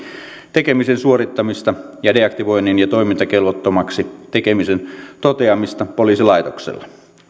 tekemisen suorittamista ja deaktivoinnin ja toimintakelvottomaksi tekemisen toteamista poliisilaitoksella